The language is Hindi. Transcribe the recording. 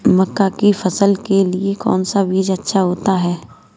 मक्का की फसल के लिए कौन सा बीज अच्छा होता है?